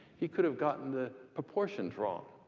he could've gotten the proportions wrong.